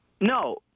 No